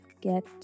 Get